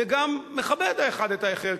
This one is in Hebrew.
וגם מכבד האחד את האחר,